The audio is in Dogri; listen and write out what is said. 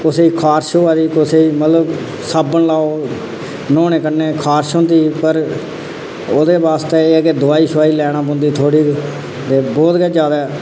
कुसै गी खारश होआ दी कुसै गी मतलब साबन लाओ न्हौने कन्नै खारश होंदी पर ओह्दे आस्तै एह् ऐ के दोआई शोआई लैना पौंदी थोह्ड़ी जेही ते बहुत गै ज्यादै